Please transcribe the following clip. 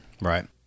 Right